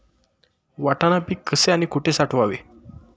वाटाणा पीक कसे आणि कुठे साठवावे?